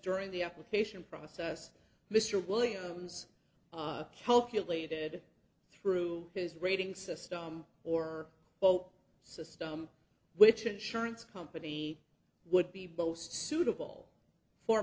during the application process mr williams calculated through his rating system or boat system which insurance company would be boast suitable for